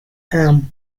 ham